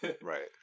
Right